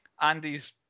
Andy's